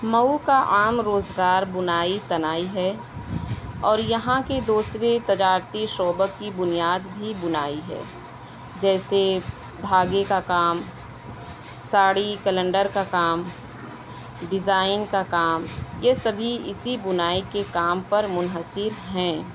مئو کا عام روزگار بُنائی تنائی ہے اور یہاں کے دوسرے تجارتی شعبہ کی بنیاد بھی بُنائی ہے جیسے دھاگے کا کام ساڑھی کلینڈر کا کام ڈیزائن کا کام یہ سبھی اِسی بُنائی کے کام پر منحصر ہیں